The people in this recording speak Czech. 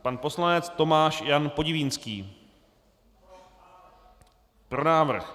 Pan poslanec Tomáš Jan Podivínský: Pro návrh.